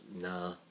Nah